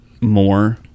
more